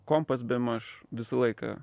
kompas bemaž visą laiką